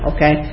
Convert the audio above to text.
Okay